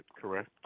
correct